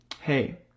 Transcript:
hey